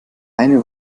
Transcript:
eine